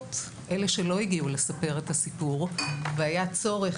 אלה שלא הגיעו לספר את הסיפור והיה צורך